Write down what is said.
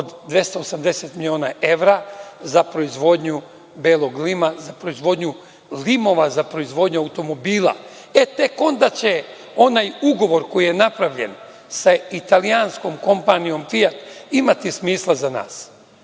od 280 miliona evra za proizvodnju belog lima, za proizvodnju limova, za proizvodnju automobila, e tek onda će onaj ugovor koji je napravljen sa italijanskom kompanijom „Fiat“ imati smisla za nas.